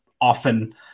often